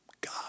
God